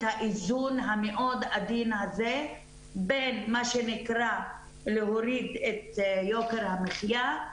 האיזון המאוד עדין הזה בין מה שנקרא להוריד את יוקר המחיה,